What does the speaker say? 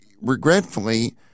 regretfully